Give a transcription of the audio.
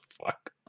fuck